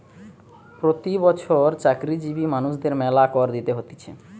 প্রতি বছর চাকরিজীবী মানুষদের মেলা কর দিতে হতিছে